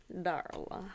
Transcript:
Darla